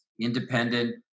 independent